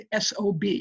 SOB